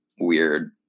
weird